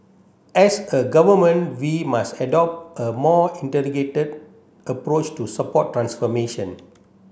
as a Government we must adopt a more integrated approach to support transformation